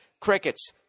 Crickets